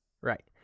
Right